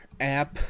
app